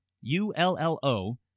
U-L-L-O